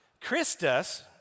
Christus